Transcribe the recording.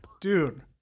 dude